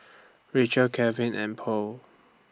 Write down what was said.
Rachel Kalvin and Purl